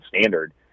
standard